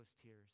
tears